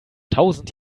tausend